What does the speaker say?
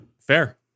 Fair